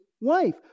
wife